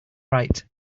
right